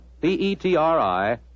P-E-T-R-I